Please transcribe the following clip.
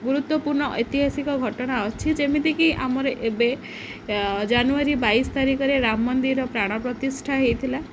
ଗୁରୁତ୍ୱପୂର୍ଣ୍ଣ ଐତିହାସିକ ଘଟଣା ଅଛି ଯେମିତିକି ଆମର ଏବେ ଜାନୁଆରୀ ବାଇଶି ତାରିଖରେ ରାମ ମନ୍ଦିର ପ୍ରାଣ ପ୍ରତିଷ୍ଠା ହେଇଥିଲା